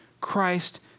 Christ